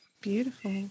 Beautiful